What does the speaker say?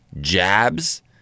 jabs